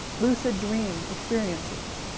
lucid dream experiences